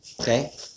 okay